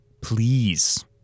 please